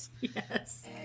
yes